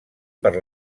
per